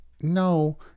No